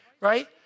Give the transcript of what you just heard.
Right